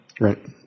Right